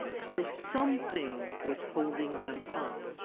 so something was holding them up